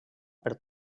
per